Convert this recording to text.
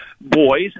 boys